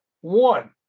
one